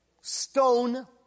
stone